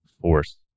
force